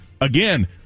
again